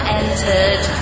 entered